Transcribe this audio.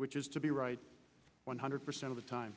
which is to be right one hundred percent of the time